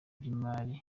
by’imari